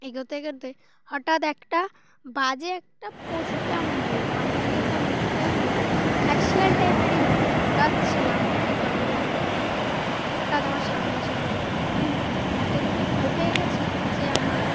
এগোতে এগোতে হঠাৎ একটা বাজে একটা পশু কেমন বলবো আমি অতটা মু এ নেই খ্যাঁক্সিয়াল টাইপেরই হবে হঠাৎ ছেলাম মেেরে জঙ্গলের ভিতর থেকে হঠাৎ আমার সামনে এসে পড়লো আমি এত জোড়ে ভয় পেয়ে গেছি যে আমার